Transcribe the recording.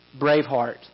Braveheart